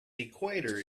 equator